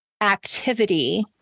activity